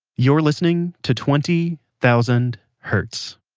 you're listening to twenty thousand hertz